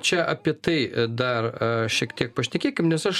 čia apie tai dar šiek tiek pašnekėkim nes aš